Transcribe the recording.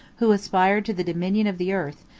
who aspired to the dominion of the earth,